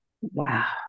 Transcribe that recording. Wow